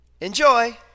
Enjoy